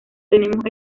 tenemos